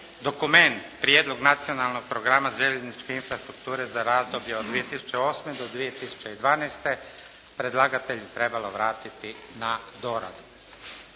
dokument, Prijedlog Nacionalnog programa željezničke infrastrukture za razdoblje od 2008. do 2012. predlagatelj trebao vratiti na doradu.